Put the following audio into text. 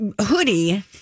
hoodie